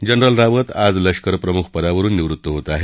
general Rawat आज लष्कर प्रमुख पदावरुन निवृत्त होत आहेत